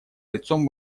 лицом